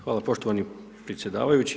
Hvala poštovani predsjedavajući.